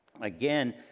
Again